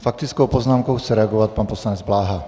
S faktickou poznámkou chce reagovat pan poslanec Bláha.